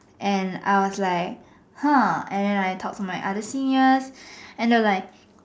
and I was like !huh! and then I talk to my other seniors and they were like